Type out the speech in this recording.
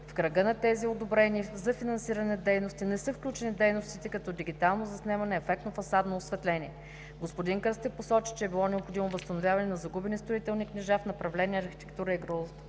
В кръга на тези одобрени за финансиране дейности не са включени дейностите като дигитално заснемане, ефектно фасадно осветление. Господин Кръстев посочи, че е било необходимо възстановяване на загубени строителни книжа в направление „Архитектура и